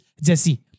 Jesse